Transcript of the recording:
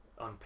On